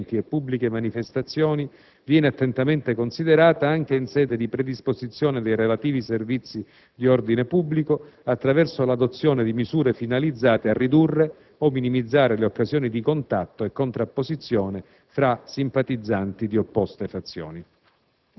L'esigenza di prevenirne il ripetersi in occasione di eventi e pubbliche manifestazioni viene attentamente considerata anche in sede di predisposizione dei relativi servizi di ordine pubblico, attraverso l'adozione di misure finalizzate a ridurre o minimizzare le occasioni di contatto e contrapposizione